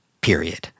Period